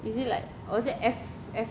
is it like was it F F